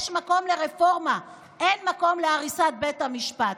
יש מקום לרפורמה, אין מקום להריסת בית המשפט.